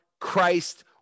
Christ